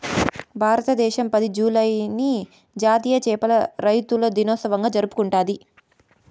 భారతదేశం పది, జూలైని జాతీయ చేపల రైతుల దినోత్సవంగా జరుపుకుంటాది